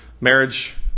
marriage